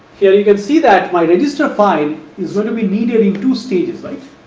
here you can see that my register file is going to be needed in two stages like